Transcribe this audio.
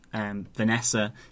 Vanessa